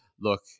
look